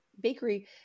bakery